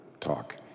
talk